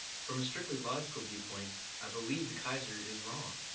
from a strictly logical viewpoint i believe the kaiser is wrong.